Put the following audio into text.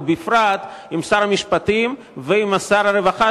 ובפרט עם שר המשפטים ועם שר הרווחה,